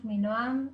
שמי נועם.